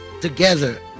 together